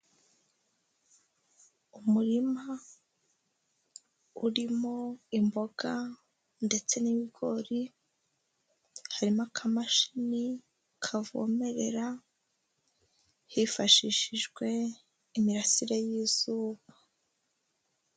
Umurima urimo imboga ndetse n'ibigori harimo akamashini kavomerera hifashishijwe imirasire y'izuba.